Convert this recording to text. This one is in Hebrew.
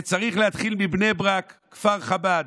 וצריך להתחיל מבני ברק, כפר חב"ד.